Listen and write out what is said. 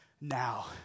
now